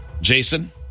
Jason